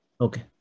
Okay